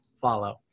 follow